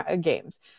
games